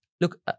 look